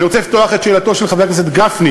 אני רוצה לפתוח את שאלתו של חבר הכנסת גפני,